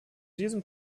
diesem